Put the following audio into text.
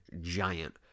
giant